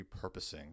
repurposing